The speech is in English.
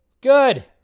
Good